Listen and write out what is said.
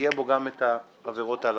יהיו בו גם העבירות הללו.